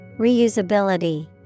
Reusability